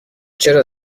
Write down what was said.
چرا